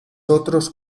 otros